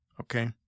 okay